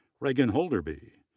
reagan holderby,